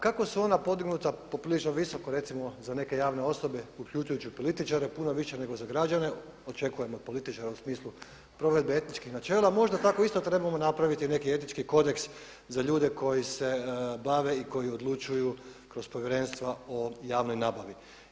Kako su ona podignuta poprilično visoko recimo za neke javne osobe uključujući političare puno više nego za građane, očekujem od političara u smislu provedbe etničkih, možda tako isto trebamo napraviti neke etički kodeks za ljude koji se bave i koji odlučuju kroz Povjerenstva o javnoj nabavi.